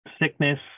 sickness